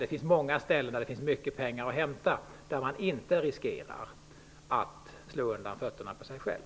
Det finns många ställen där det finns mycket pengar att hämta, och där man inte riskerar att slå undan fötterna på sig själv.